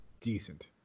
decent